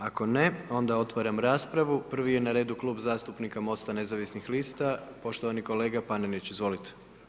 Ako ne, onda otvaram raspravu, prvi je na redu Klub zastupnika Mosta nezavisnih lista, poštovani kolega Panenić, izvolite.